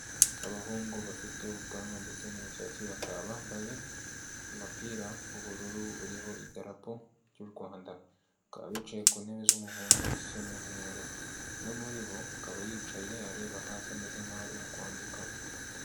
Abahungu bafite ubwanwa ndetse n'imisatsi, bakaba bambaye umupira w'ubururu uriho idarapo ry'u Rwanda, bakaba bicaye ku ntebe z'umuhondo ndetse n'umweru, umwe muri bo akaba yicaye areba hasi ameze nkaho arimo kwandika.